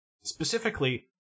Specifically